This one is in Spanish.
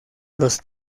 los